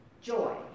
joy